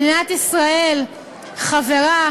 מדינת ישראל חברה